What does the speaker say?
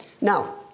Now